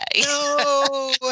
No